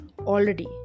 already